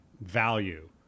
value